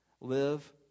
Live